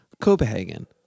Copenhagen